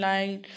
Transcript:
Line